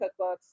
cookbooks